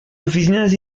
oficinas